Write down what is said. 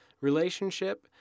relationship